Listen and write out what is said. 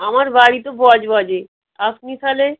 আমার বাড়ি তো বজবজে আপনি তাহলে